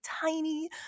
tiny